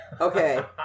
Okay